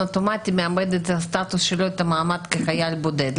אוטומטי מאבד את הסטטוס שלו כחייל בודד.